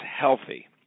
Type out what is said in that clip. healthy